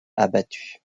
abattus